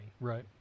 Right